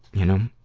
you know,